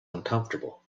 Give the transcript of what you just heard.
uncomfortable